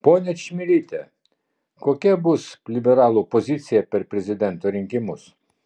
ponia čmilyte kokia bus liberalų pozicija per prezidento rinkimus